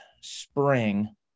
spring